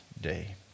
day